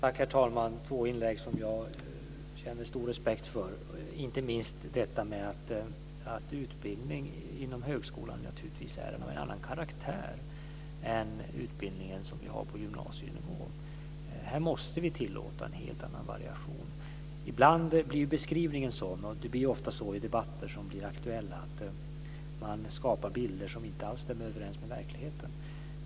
Herr talman! Det här var två inlägg som jag känner stor respekt för. De gäller inte minst detta att utbildningen inom högskolan naturligtvis är av en annan karaktär än den utbildning som vi har på gymnasienivå. Här måste vi tillåta en helt annan variation. Ibland blir beskrivningen sådan, det blir ofta så i debatter som blir aktuella, att man skapar bilder som inte alls stämmer överens med verkligheten.